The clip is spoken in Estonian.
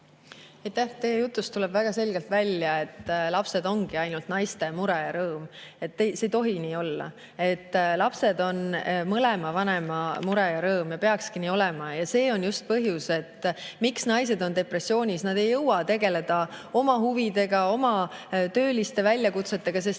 Teie jutust tuleb väga selgelt välja, et lapsed ongi ainult naiste mure ja rõõm. See ei tohi nii olla. Lapsed on mõlema vanema mure ja rõõm ja peakski nii olema. See on just põhjus, miks naised on depressioonis. Nad ei jõua tegeleda oma huvidega ja oma tööalaste väljakutsetega, sest lisaks sellele tööle, mida nad